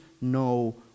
no